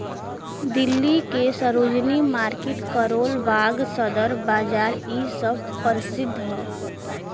दिल्ली के सरोजिनी मार्किट करोल बाग सदर बाजार इ सब परसिध हौ